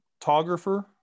photographer